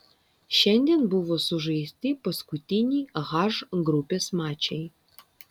šiandien buvo sužaisti paskutiniai h grupės mačai